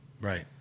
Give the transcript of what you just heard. right